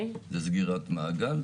זה סגירת מעגל.